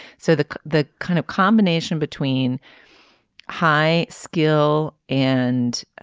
so the the kind of combination between high skill and